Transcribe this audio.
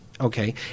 Okay